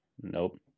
nope